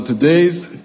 today's